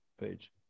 page